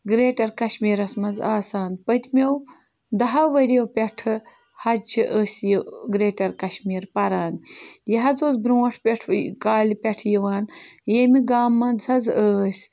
Greater کَشمیٖرَس منٛز آسان پٔتۍمیو دَہو ؤریو پٮ۪ٹھٕ حظ چھِ أسۍ یہِ گرٛیٹَر کَشمیٖر پَران یہِ حظ اوس برٛونٛٹھ پٮ۪ٹھ وٕے کالہِ پٮ۪ٹھ یِوان ییٚمہِ گامہٕ منٛز حظ ٲسۍ